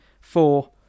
four